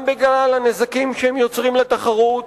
גם בגלל הנזקים שהן יוצרות לתחרות,